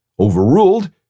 Overruled